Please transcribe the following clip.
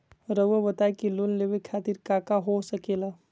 रउआ बताई की लोन लेवे खातिर काका हो सके ला?